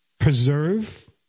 preserve